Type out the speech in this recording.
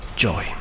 joy